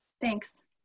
Thanks